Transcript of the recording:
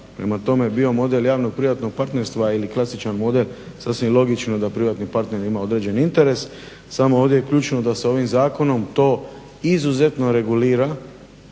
Prema tome, bio model javnog-privatnog partnerstva ili klasičan model sasvim logično, da privatni partner ima određeni interes, samo ovdje je ključno da se ovim zakonom to izuzetno regulira